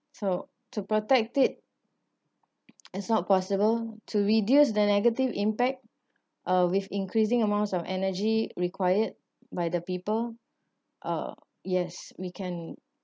so to protect it it's not possible to reduce the negative impact uh with increasing amounts of energy required by the people uh yes we can